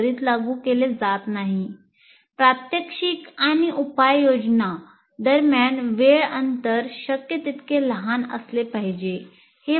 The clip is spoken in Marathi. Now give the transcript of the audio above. प्रात्यक्षिक आणि उपाय योजना दरम्यान वेळ अंतर शक्य तितके लहान असले पाहिजे